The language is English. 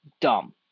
dumb